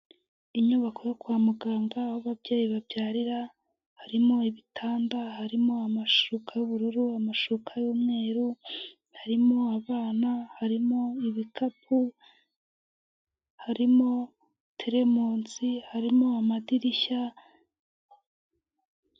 Inyubako yo kwa muganga aho ababyeyi babyarira, harimo ibitanda, harimo amashuka y'ubururu, amashuka y'umweru, harimo abana harimo ibikapu, harimo teremunsi, harimo amadirishya.